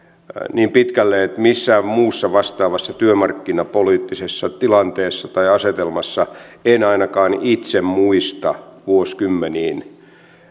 niin pitkälle että missään muussa vastaavassa työmarkkinapoliittisessa tilanteessa tai asetelmassa en ainakaan itse muista vuosikymmeniin